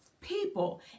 people